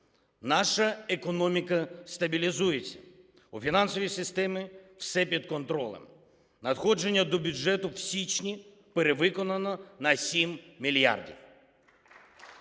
Наша економіка стабілізується. У фінансовій системі все під контролем. Надходження до бюджету в січні перевиконано на 7 мільярдів.